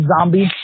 zombie